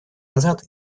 назад